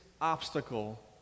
obstacle